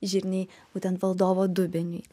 žirniai būtent valdovo dubeniui